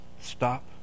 stop